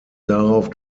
darauf